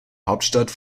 hauptstadt